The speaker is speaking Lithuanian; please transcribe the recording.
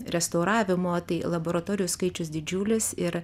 restauravimo tai laboratorijų skaičius didžiulis ir